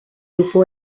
grupo